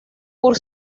por